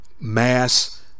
mass